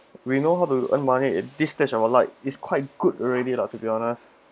we know how to earn money at this age our like is quite good already lah to be honest